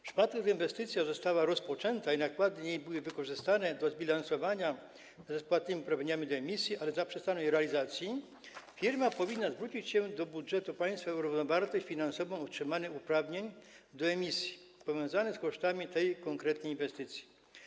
W przypadku gdy inwestycja została rozpoczęta i nakłady na nią były wykorzystane do zbilansowania bezpłatnymi uprawnieniami do emisji, ale zaprzestano jej realizacji, firma powinna zwrócić się do budżetu państwa o równowartość finansową otrzymanych uprawnień do emisji powiązanych z kosztami tej konkretnej inwestycji.